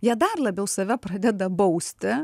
jie dar labiau save pradeda bausti